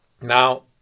Now